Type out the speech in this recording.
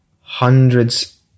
hundreds